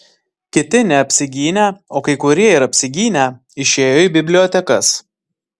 kiti neapsigynę o kai kurie ir apsigynę išėjo į bibliotekas